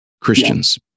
Christians